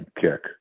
kick